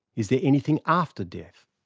is there anything after death?